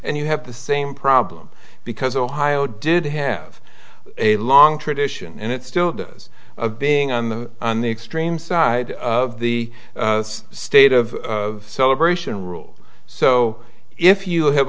and you have the same problem because ohio did have a long tradition and it still does of being on the on the extreme side of the state of celebration rule so if you have